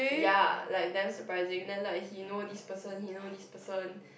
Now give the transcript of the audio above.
ya like damn surprising then like he know this person he know this person